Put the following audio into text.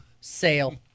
Sale